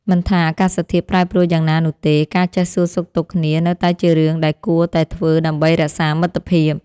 មិនថាអាកាសធាតុប្រែប្រួលយ៉ាងណានោះទេ ការចេះសួរសុខទុក្ខគ្នានៅតែជារឿងដែលគួរតែធ្វើដើម្បីរក្សាមិត្តភាព។